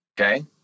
okay